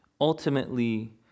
Ultimately